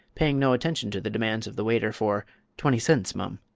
paying no attention to the demands of the waiter for twenty cents, mum.